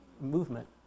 movement